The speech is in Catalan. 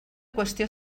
qüestió